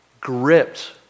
gripped